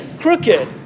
crooked